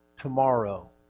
tomorrow